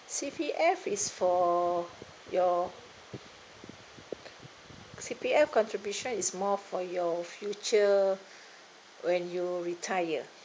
C_P_F is for your C_P_F contribution is more for your future when you retire